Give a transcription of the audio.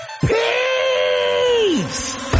Peace